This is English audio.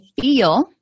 feel